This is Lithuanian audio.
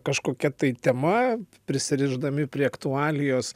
kažkokia tai tema prisirišdami prie aktualijos